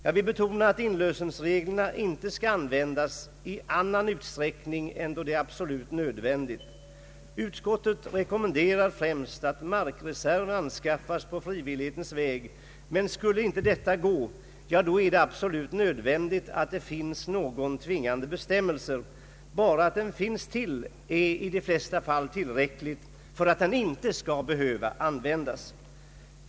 Jag vill betona att inlösensreglerna inte skall tillämpas i annan utsträckning än då det är absolut nödvändigt. Utskottet rekommenderar främst att markreserv anskaffas på frivillighetens väg. Skulle inte detta gå är det absolut nödvändigt med en tvingande bestämmelse. Bara att en sådan finns till är i de flesta fall tillräckligt för att den inte skall behöva användas.